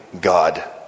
God